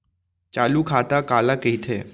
चालू खाता काला कहिथे?